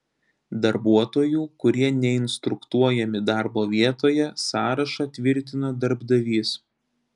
darbuotojų kurie neinstruktuojami darbo vietoje sąrašą tvirtina darbdavys